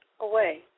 away